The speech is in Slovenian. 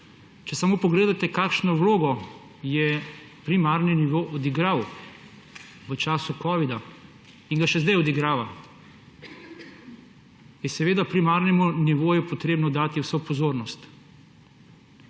Če samo pogledate, kakšno vlogo je primarni nivo odigral v času covida-19 in ga še zdaj odigrava, je seveda primarnemu nivoju treba dati vso pozornost.